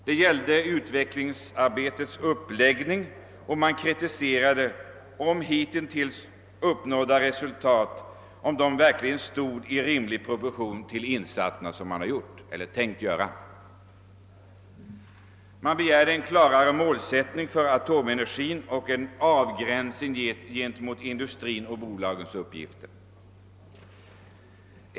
Det gällde utvecklingsarbetets uppläggning, och man frågade sig om ditintills uppnådda resultat verkligen stod i rimlig proportion till de gjorda eller tänkta insatserna. Det begärdes en klarare målsättning för atomenergiprogrammet och en avgränsning gentemot industrins och bolagens uppgifter.